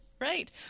Right